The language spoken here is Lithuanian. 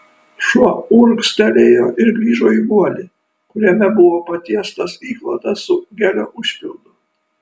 šuo urgztelėjo ir grįžo į guolį kuriame buvo patiestas įklotas su gelio užpildu